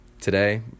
today